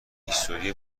هیستوری